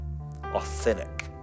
authentic